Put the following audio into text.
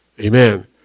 Amen